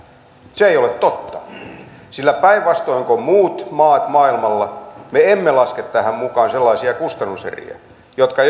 se ei ole totta sillä päinvastoin kuin muut maat maailmalla me emme laske tähän mukaan sellaisia kustannuseriä jotka